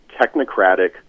technocratic